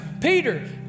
Peter